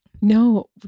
No